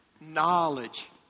knowledge